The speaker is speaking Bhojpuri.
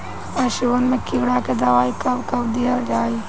पशुअन मैं कीड़ा के दवाई कब कब दिहल जाई?